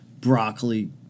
broccoli